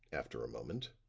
after a moment.